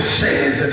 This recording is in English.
says